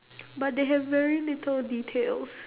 but they have very little details